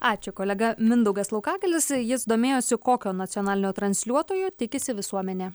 ačiū kolega mindaugas laukagalis jis domėjosi kokio nacionalinio transliuotojo tikisi visuomenė